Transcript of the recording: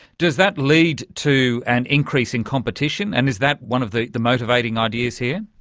does that lead to an increase in competition and is that one of the the motivating ideas here?